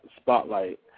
spotlight